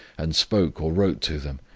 and spoke or wrote to them,